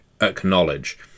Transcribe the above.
acknowledge